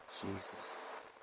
Jesus